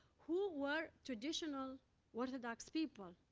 who were traditional orthodox people,